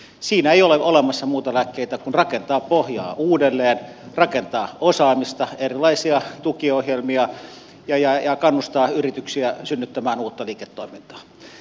siinä ei ole olemassa muuta lääkettä kuin rakentaa pohjaa uudelleen rakentaa osaamista erilaisia tukiohjelmia ja kannustaa yrityksiä synnyttämään uutta liiketoimintaa